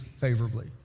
favorably